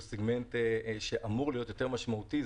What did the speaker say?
שהוא סגמנט שאמור להיות יותר משמעותי,